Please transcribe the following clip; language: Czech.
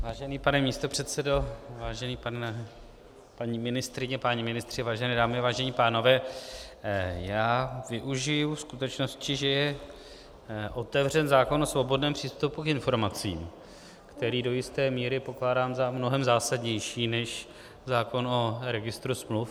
Vážený pane místopředsedo, vážená paní ministryně, páni ministři, vážené dámy, vážení pánové, já využiji skutečnosti, že je otevřen zákon o svobodném přístupu k informacím, který do jisté míry pokládám za mnohem zásadnější než zákon o registru smluv.